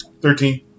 Thirteen